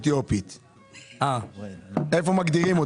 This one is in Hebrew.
האוכלוסיות שקבעת.